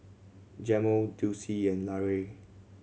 Jamel Dulce and Larae